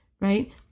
right